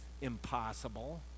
impossible